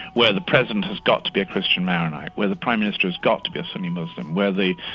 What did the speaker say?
where the president has got to be a christian marronite, where the prime minister has got to be a sunni muslim, where the